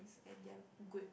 and they are good